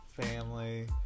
family